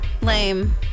Lame